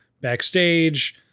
backstage